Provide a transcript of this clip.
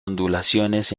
ondulaciones